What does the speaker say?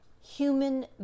human